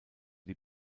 die